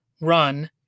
run